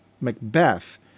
Macbeth